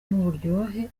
n’uburyohe